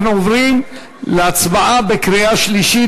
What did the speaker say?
אנחנו עוברים להצבעה בקריאה שלישית.